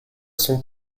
son